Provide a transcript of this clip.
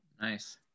nice